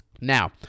Now